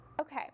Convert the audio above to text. Okay